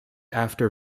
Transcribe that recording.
after